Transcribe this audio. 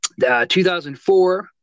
2004